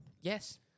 Yes